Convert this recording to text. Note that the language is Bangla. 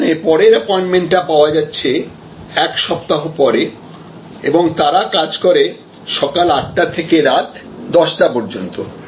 সেখানে পরের অ্যাপোয়েন্টমেন্ট টা পাওয়া যাচ্ছে এক সপ্তাহ পরে এবং তারা কাজ করে সকাল আটটা থেকে রাত দশটা পর্যন্ত